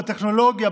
בטכנולוגיה,